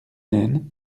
nène